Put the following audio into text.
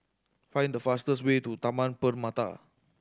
find the fastest way to Taman Permata